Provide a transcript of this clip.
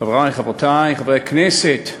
חברי, חברותי, חברי הכנסת,